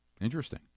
Interesting